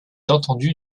entendu